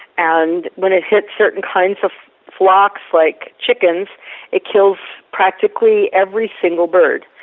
and when it hits certain kinds of flocks like chickens it kills practically every single bird.